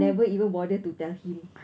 and never even bother to tell him